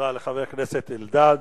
תודה לחבר הכנסת אלדד.